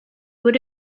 would